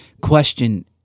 question